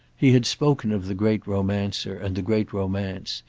he had spoken of the great romancer and the great romance,